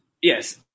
yes